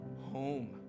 home